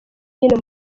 hino